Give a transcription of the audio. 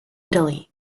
italy